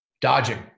Dodging